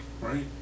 Right